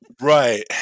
right